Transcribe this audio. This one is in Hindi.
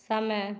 समय